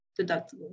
deductible